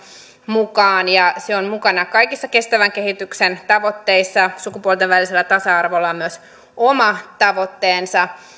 mukaan ja se on mukana kaikissa kestävän kehityksen tavoitteissa sukupuolten välisellä tasa arvolla on myös oma tavoitteensa